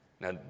Now